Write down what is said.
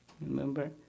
Remember